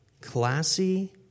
classy